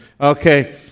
okay